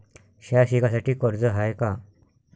शाळा शिकासाठी कर्ज हाय का?